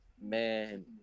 man